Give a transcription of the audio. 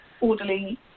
orderly